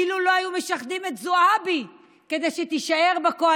אילו לא היו משחדים את זועבי כדי שתישאר בקואליציה,